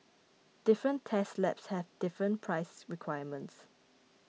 different test labs have different price requirements